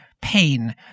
pain